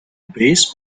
base